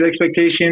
expectations